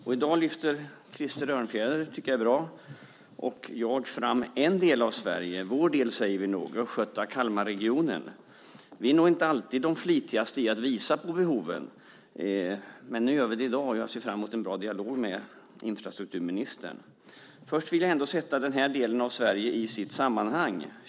I dag lyfter Krister Örnfjäder, vilket jag tycker är bra, och jag fram en del av Sverige - vår del, säger vi nog - nämligen Östgöta och Kalmarregionen. Vi är nog inte alltid de flitigaste när det gäller att visa på behoven, men vi gör det nu i dag. Jag ser fram emot en bra dialog med infrastrukturministern. Först vill jag ändå sätta denna del av Sverige i sitt sammanhang.